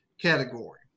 category